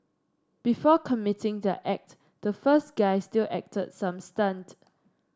before committing their act the first guy still acted some stunt